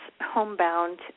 homebound